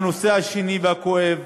והנושא השני והכואב